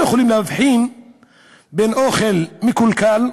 לא יכולים להבחין בין אוכל מקולקל,